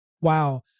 Wow